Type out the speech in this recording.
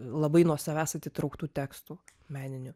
labai nuo savęs atitrauktų tekstų meninių